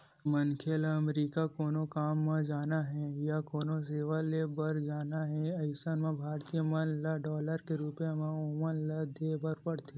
मनखे ल अमरीका कोनो काम म जाना हे या कोनो सेवा ले बर जाना हे अइसन म भारतीय मन ल डॉलर के रुप म ओमन ल देय बर परथे